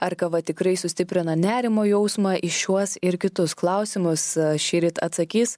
ar kava tikrai sustiprina nerimo jausmą į šiuos ir kitus klausimus šįryt atsakys